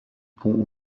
ponts